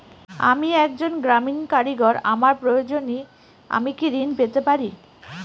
আমি একজন গ্রামীণ কারিগর আমার প্রয়োজনৃ আমি কি ঋণ পেতে পারি?